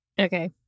Okay